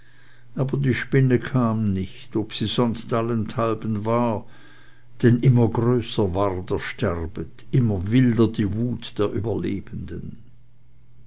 aber die spinne kam nicht ob sie sonst allenthalben war denn immer größer war der sterbet immer wilder die wut der überlebenden